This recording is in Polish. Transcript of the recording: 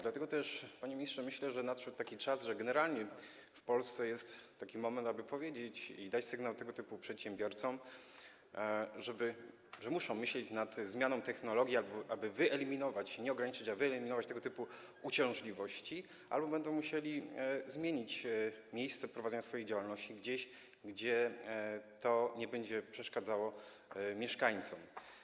Dlatego też, panie ministrze, myślę, że nadszedł taki czas, że generalnie w Polsce jest taki moment, aby powiedzieć, dać sygnał tego typu przedsiębiorcom, że muszą myśleć nad zmianą technologii, tak aby wyeliminować, nie ograniczyć, lecz wyeliminować tego typu uciążliwości, albo będą musieli zmienić miejsce prowadzenia swojej działalności na takie, gdzie to nie będzie przeszkadzało mieszkańcom.